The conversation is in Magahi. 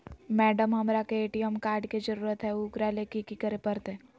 मैडम, हमरा के ए.टी.एम कार्ड के जरूरत है ऊकरा ले की की करे परते?